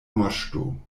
moŝto